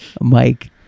Mike